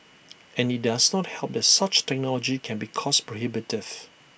and IT does not help that such technology can be cost prohibitive